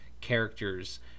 characters